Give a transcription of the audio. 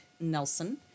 Nelson